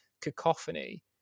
cacophony